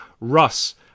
Russ